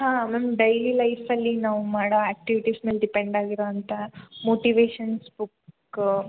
ಹಾಂ ma'am daily ಲೈಫಲ್ಲಿ ನಾವು ಮಾಡೋ ಆಕ್ಟಿವಿಟಿಸ್ ಮೇಲೆ ಡಿಪೆಂಡಾಗಿರೋವಂಥ ಮೋಟಿವೇಷನ್ಸ್ ಬುಕ್ಕು